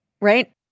right